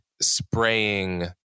spraying